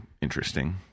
interesting